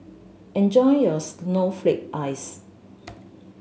enjoy your snowflake ice